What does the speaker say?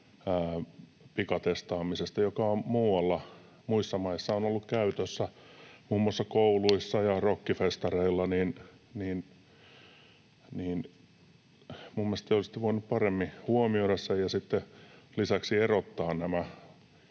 pikatestaamisesta, joka on muualla, muissa maissa, ollut käytössä muun muassa kouluissa ja rokkifestareilla. Minun mielestäni te olisitte voineet paremmin huomioida sen ja sitten lisäksi erottaa nämä